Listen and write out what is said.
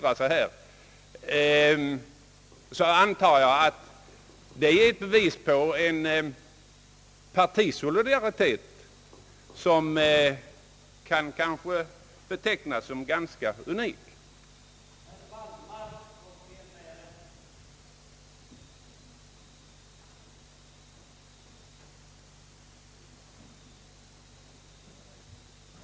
organisation av ett läromedelsförlag här — att det är ett bevis på en partisolidaritet som kanske kan betecknas som ganska unik. Men som uppenbarligen går att få fram!